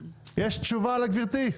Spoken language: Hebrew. יש תשובה לגברתי?